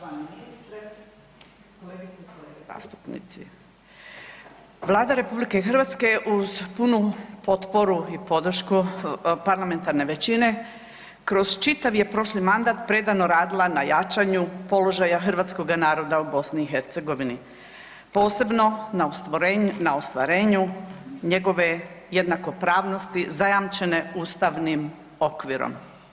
Vlada RH uz punu potporu i podršku parlamentarne većine kroz čitav je prošli mandat predano radila na jačanju položaja hrvatskoga naroda u BiH, posebno na ostvarenju njegove jednakopravnosti zajamčene ustavnim okvirom.